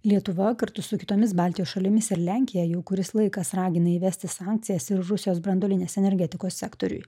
lietuva kartu su kitomis baltijos šalimis ir lenkija jau kuris laikas ragina įvesti sankcijas ir rusijos branduolinės energetikos sektoriui